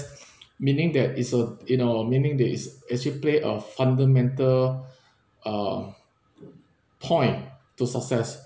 meaning that is uh in our meaning that is as you play a fundamental uh point to success